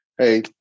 Hey